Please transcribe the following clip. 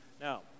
now